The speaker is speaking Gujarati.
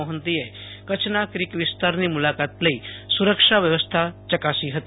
મોહંતીએ કચ્છના ક્રીક વિસ્તારની મુલાકાત લઈ સુરક્ષા વ્યવસ્થા ચકાસી હતી